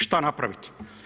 Šta napraviti?